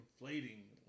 inflating